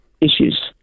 issues